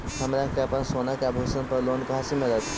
हमरा के अपना सोना के आभूषण पर लोन कहाँ से मिलत?